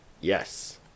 yes